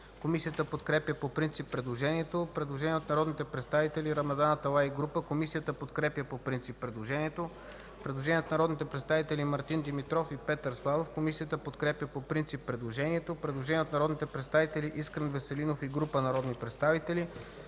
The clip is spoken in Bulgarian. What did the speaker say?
Комисията подкрепя по принцип предложението. Предложение от народните представители Рамадан Аталай и група. Комисията подкрепя по принцип предложението. Предложение от народните представители Мартин Димитров и Петър Славов. Комисията подкрепя по принцип предложението. Предложение от народните представители Искрен Веселинов и група народни представители.